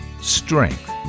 Strength